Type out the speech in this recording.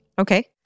Okay